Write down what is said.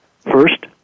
First